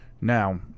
Now